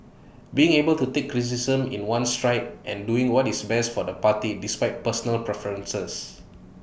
being able to take criticism in one's stride and doing what is best for the party despite personal preferences